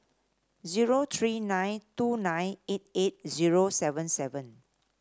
zero three nine two nine eight eight zero seven seven